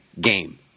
game